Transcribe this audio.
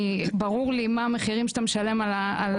וגם ברור לי מה המחירים שאתה משלם על זה